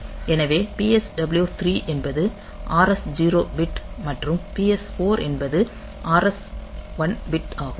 எனவே PSW 3 என்பது RS 0 bit மற்றும் PSW 4 என்பது RS 1 பிட் ஆகும்